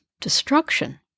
destruction